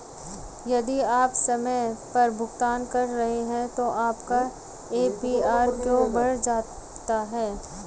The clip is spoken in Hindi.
यदि आप समय पर भुगतान कर रहे हैं तो आपका ए.पी.आर क्यों बढ़ जाता है?